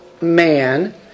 man